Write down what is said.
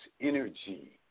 energy